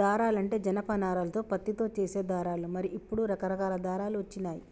దారాలంటే జనప నారాలతో పత్తితో చేసే దారాలు మరి ఇప్పుడు రకరకాల దారాలు వచ్చినాయి